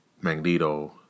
Magneto